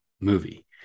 movie